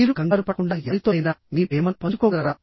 మీరు కంగారుపడకుండా ఎవరితోనైనా మీ ప్రేమను పంచుకోగలరా